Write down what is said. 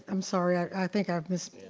i'm sorry, i think i mis.